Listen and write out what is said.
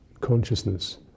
consciousness